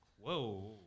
Whoa